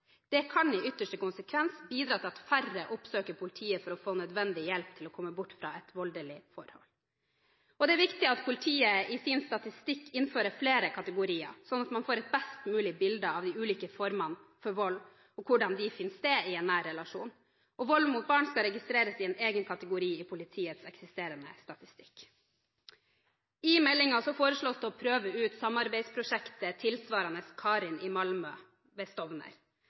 Det kan i ytterste konsekvens bidra til at færre oppsøker politiet for å få nødvendig hjelp til å komme bort fra et voldelig forhold. Det er også viktig at politiet i sin statistikk innfører flere kategorier, sånn at man får et best mulig bilde av de ulike formene for vold og hvordan de finner sted i en nær relasjon, og vold mot barn skal registreres i en egen kategori i politiets eksisterende statistikk. I meldingen foreslås det å prøve ut samarbeidsprosjekter tilsvarende prosjektet Karin i Malmö, ved Stovner.